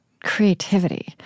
creativity